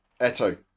Eto